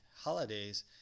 holidays